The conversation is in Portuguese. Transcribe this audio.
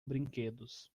brinquedos